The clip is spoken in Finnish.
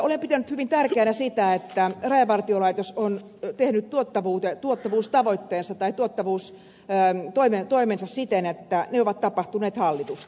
olen pitänyt hyvin tärkeänä sitä että rajavartiolaitos on tehnyt tuottavuustavoitteensa tai tuottavuustoimensa siten että ne ovat tapahtuneet hallitusti